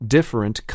Different